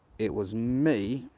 it was me,